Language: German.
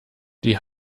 die